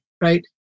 right